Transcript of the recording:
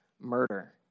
murder